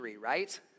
right